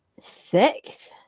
Six